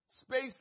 Space